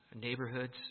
neighborhoods